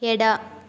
ಎಡ